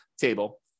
table